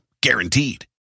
Guaranteed